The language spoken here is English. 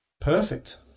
Perfect